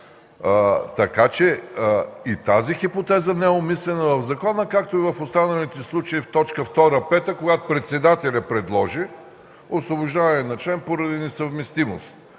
защита. И тази хипотеза не е обмислена в закона, както и в останалите случаи в т. 2.5, когато председателят предложи освобождаване на член поради несъвместимост.